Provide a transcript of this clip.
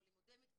או לימודי מקצוע,